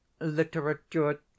Literature